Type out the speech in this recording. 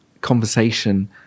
conversation